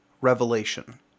Revelation